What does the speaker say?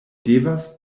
devas